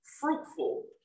fruitful